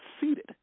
seated